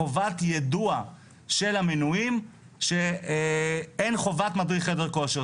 חובת יידוע של המנויים שאין חובת מדריך חדר כושר.